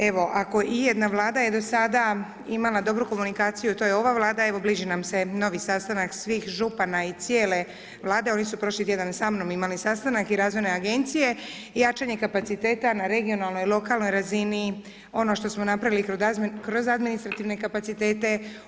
Evo, ako ijedna Vlada je do sada imala dobru komunikaciju, to je ova Vlada, evo bliži nam se novi sastanak svih župana i cijele Vlade, oni su prošli tjedan sa mnom imali sastanak i razvojne agencije, jačanje kapaciteta na regionalnoj, lokalnoj razini, ono što smo napravili kroz administrativne kapacitete.